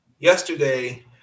Yesterday